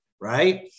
Right